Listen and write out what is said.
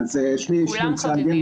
שמי שמואל צנגן,